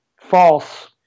False